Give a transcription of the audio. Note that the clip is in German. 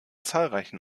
zahlreichen